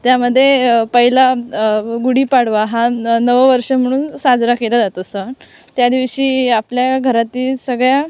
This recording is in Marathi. त्यामध्ये पहिला गुढीपाडवा हा न नववर्ष म्हणून साजरा केला जातो सण त्यादिवशी आपल्या घरातील सगळ्या